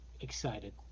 excited